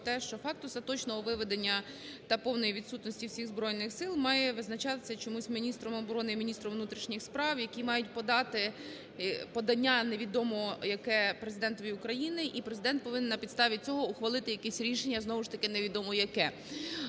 що факт остаточного виведення та повної відсутності всіх збройних сил має визначатися чомусь міністром оборони і міністром внутрішніх справ, які мають подати подання, невідомо яке, Президентові України, і Президент повинен на підставі цього ухвалити якесь рішення, знову ж таки, невідомо яке.